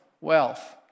Wealth